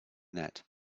net